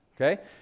okay